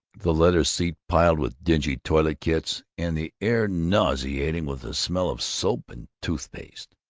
the leather seat piled with dingy toilet-kits, and the air nauseating with the smell of soap and toothpaste.